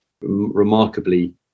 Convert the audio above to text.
remarkably